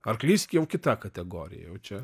arklys jau kitą kategoriją jau čia